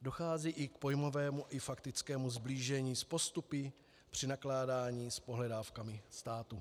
Dochází i k pojmovému i faktickému sblížení s postupy při nakládání s pohledávkami státu.